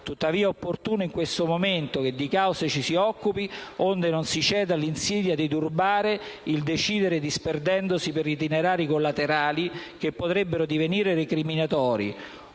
Tuttavia, è opportuno in questo momento che di queste cause ci si occupi, onde non si ceda all'insidia di turbare il decidere disperdendosi per itinerari collaterali che potrebbero divenire recriminatori,